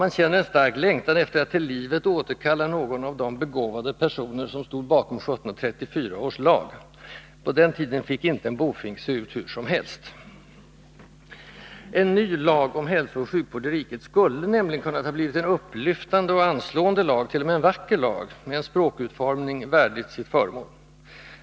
Man känner en stark längtan efter att till livet återkalla någon av de begåvade personer som stod bakom 1734 års lag. På den tiden fick inte en bofink se ut hur som helst. En ny lag om hälsooch sjukvård i riket skulle nämligen ha kunnat bli en upplyftande och anslående lag, t.o.m. en vacker lag, med en språkutformning värdig sitt föremål.